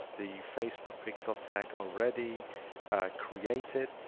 the facebook pixel tag already created.